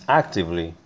actively